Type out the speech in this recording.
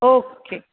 okay